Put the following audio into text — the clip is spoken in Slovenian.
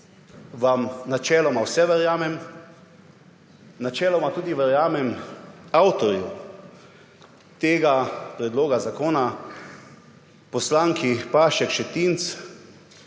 vam načeloma vse verjamem. Načeloma tudi verjamem avtorju tega predloga zakona, poslanki Pašek Šetinc.